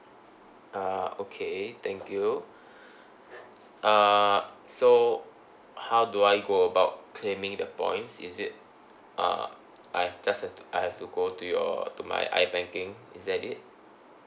uh okay thank you uh so how do I go about claiming the points is it err I've just have to I have to go to your to my I banking is that it